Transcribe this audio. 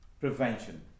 prevention